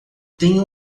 tenho